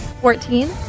fourteen